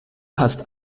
hast